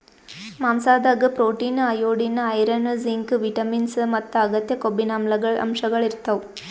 ಮಾಂಸಾದಾಗ್ protein, iodine, iron, zinc, vitamins ಮತ್ತ್ ಅಗತ್ಯ ಕೊಬ್ಬಿನಾಮ್ಲಗಳ್ ಅಂಶಗಳ್ ಇರ್ತವ್